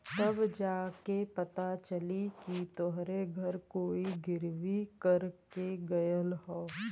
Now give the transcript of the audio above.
तब जा के पता चली कि तोहरे घर कोई गिर्वी कर के गयल हौ